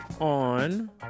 on